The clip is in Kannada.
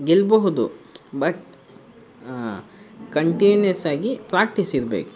ಗೆಲ್ಲಬಹುದು ಬಟ್ ಕಂಟಿನ್ಯಸ್ಸಾಗಿ ಪ್ರಾಕ್ಟೀಸಿರಬೇಕು